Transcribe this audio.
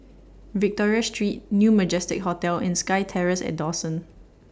Victoria Street New Majestic Hotel and SkyTerrace At Dawson